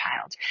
child